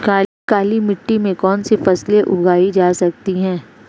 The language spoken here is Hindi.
काली मिट्टी में कौनसी फसलें उगाई जा सकती हैं?